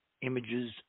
images